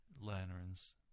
lanterns